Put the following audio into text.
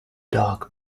dark